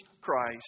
Christ